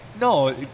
No